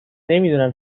نمیدونم